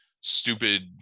stupid